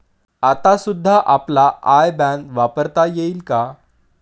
आता सुद्धा आपला आय बॅन वापरता येईल का?